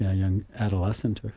yeah young adolescent.